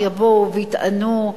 יבואו ויטענו.